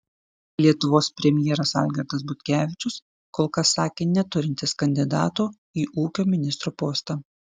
lietuvos premjeras algirdas butkevičius kol kas sakė neturintis kandidatų į ūkio ministro postą